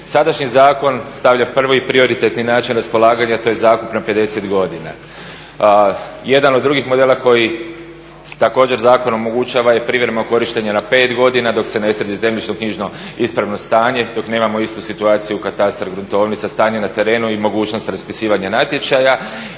Sadašnji zakon stavlja prvi i prioritetni način raspolaganja, to je zakup na 50 godina. Jedan od drugih modela koji također zakon omogućava je privremeno korištenje na 5 godina dok se ne sredi zemljišno-knjižno ispravno stanje, dok nemamo istu situaciju u katastru, gruntovnici, stanje na terenu i mogućnost raspisivanja natječaja